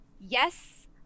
Yes